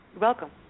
welcome